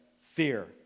fear